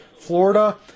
Florida